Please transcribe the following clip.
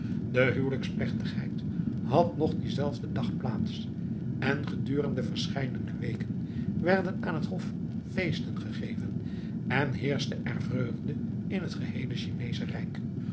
de huwelijksplegtigheid had nog dien zelfden dag plaats en gedurende verscheidene weken werden aan het hof feesten gegeven en heerschte er vreugde in het geheele chineesche rijk